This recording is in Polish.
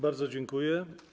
Bardzo dziękuję.